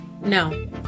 no